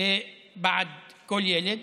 בעד כל ילד